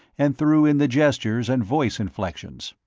and threw in the gestures and voice-inflections.